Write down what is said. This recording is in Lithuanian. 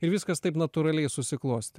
ir viskas taip natūraliai susiklostė